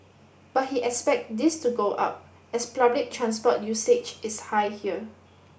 but he expect this to go up as public transport usage is high here